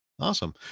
awesome